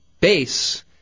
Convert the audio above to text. base